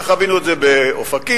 וחווינו את זה באופקים,